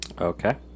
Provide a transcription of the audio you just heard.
Okay